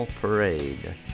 Parade